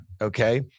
okay